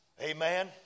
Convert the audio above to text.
Amen